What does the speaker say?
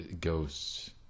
ghosts